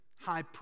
High